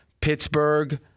Pittsburgh